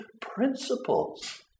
principles